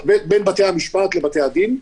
בתי-המשפט לבתי-הדין.